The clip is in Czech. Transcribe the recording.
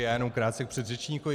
Jenom krátce k předřečníkovi.